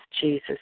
Jesus